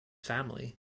family